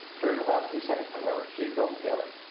during the last few seconds, however, she had grown paler.